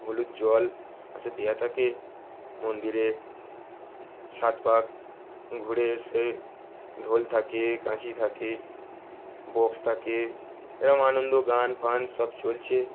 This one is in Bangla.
হলুদ জল পাশে দেওয়া থাকে মন্দিরে সাত পাক ঘুরে এসে ঢোল থাকে কাঁসি থাকে বক্স থাকে এবং আনন্দ গান ফান সব চলছে